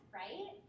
right